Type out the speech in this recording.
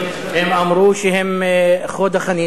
בכל זאת, הם אמרו שהם חוד החנית